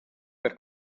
per